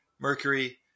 Mercury